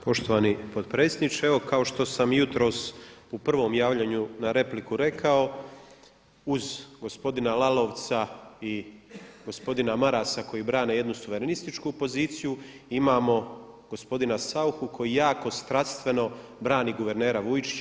Poštovani potpredsjedniče, evo kao što sam i jutros u prvom javljanju na repliku rekao uz gospodina Lalovca i gospodina Marasa koji brane jednu suverenističku poziciju imamo gospodina Sauchu koji jako strastveno brani guvernera Vujčića.